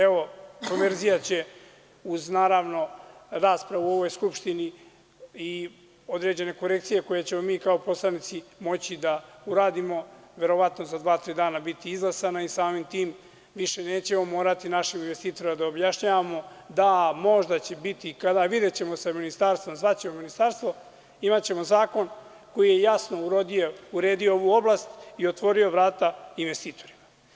Evo, konverzija će uz naravno raspravu u ovoj Skupštini i određene korekcije koje ćemo mi kao poslanici moći da uradimo, verovatno za dva-tri dana biti izglasana i samim tim više nećemo morati našem investitoru da objašnjavamo da možda će biti, videćemo sa ministarstvom, zvaćemo ministarstvo, imaćemo zakon koji je jasno uredio ovu oblast i otvorio vrata investitorima.